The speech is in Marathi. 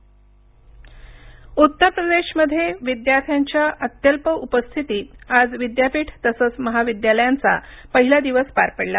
उत्तर प्रदेश उत्तर प्रदेशमध्ये विद्यार्थ्यांच्या अत्यल्प उपस्थितीत आज विद्यापीठ तसंच महाविद्यालयांचा पहिला दिवस पार पडला